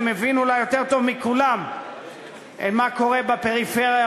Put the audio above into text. שמבין אולי יותר טוב מכולם מה קורה בפריפריה,